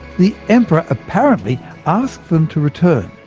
the emperor apparently asked them to return,